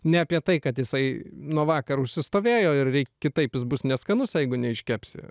ne apie tai kad jisai nuo vakar užsistovėjo ir rei kitaip jis bus neskanus jeigu neiškepsi